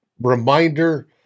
reminder